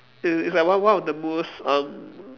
it it's like one one of the most um